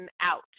out